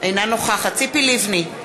אינה נוכחת ציפי לבני,